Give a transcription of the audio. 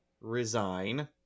resign